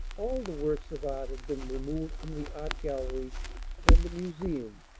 all the works of art had been removed from the art gallery and the museum,